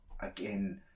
again